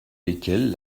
lesquelles